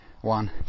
one